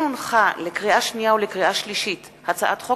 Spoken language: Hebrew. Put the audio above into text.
לקריאה שנייה ולקריאה שלישית: הצעת חוק